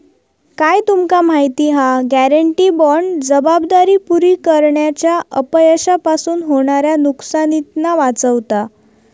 काय तुमका माहिती हा? गॅरेंटी बाँड जबाबदारी पुरी करण्याच्या अपयशापासून होणाऱ्या नुकसानीतना वाचवता